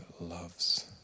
loves